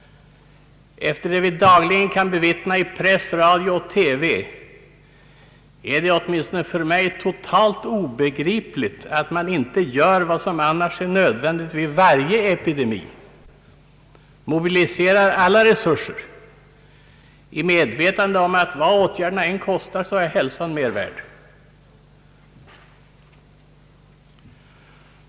Enligt vad vi dagligen kan bevittna i press, radio och TV är det åtminstone för mig totalt obegripligt, att man inte gör vad som annars är nödvändigt vid varje epidemi, nämligen snabbt mobiliserar alla resurser i medvetande om att vad åtgärderna än kostar, så är hälsan mer värd.